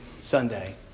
Sunday